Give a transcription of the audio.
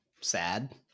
sad